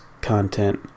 content